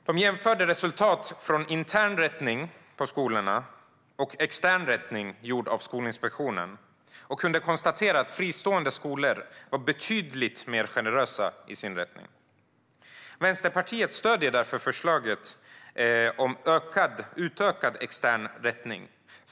De jämförde resultat från intern rättning på skolorna med extern rättning gjord av Skolinspektionen och kunde konstatera att fristående skolor var betydligt mer generösa i sin rättning. Vänsterpartiet stöder därför förslaget om utökad extern rättning.